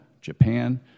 Japan